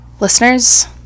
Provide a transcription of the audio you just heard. listeners